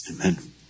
amen